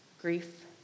grief